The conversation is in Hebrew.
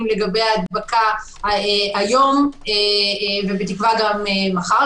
לגבי ההדבקה היום ובתקווה גם מחר,